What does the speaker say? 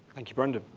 thank you, brendan.